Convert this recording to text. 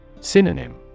Synonym